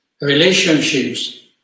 relationships